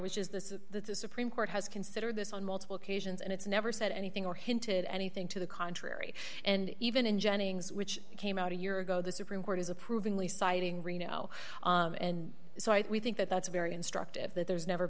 which is the supreme court has considered this on multiple occasions and it's never said anything or hinted anything to the contrary and even in jennings which came out a year ago the supreme court is approvingly citing reno and so i think that that's very instructive that there's never